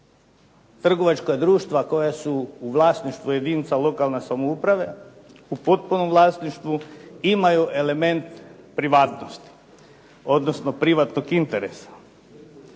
trgovačka društva koja su u vlasništvu jedinica lokalne samouprave, u potpunom vlasništvu, imaju element privatnosti odnosno privatnog interesa.